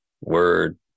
word